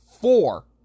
Four